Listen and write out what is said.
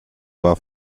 war